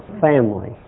family